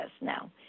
now